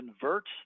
converts